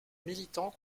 militant